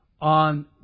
on